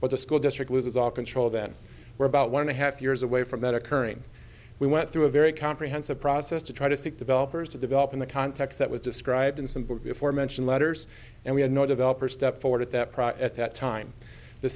the school district loses all control then we're about one and a half years away from that occurring we went through a very comprehensive process to try to seek developers to develop in the context that was described in some aforementioned letters and we had no developer step forward at that price at that time the